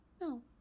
No